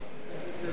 2